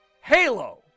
halo